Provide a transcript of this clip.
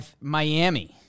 Miami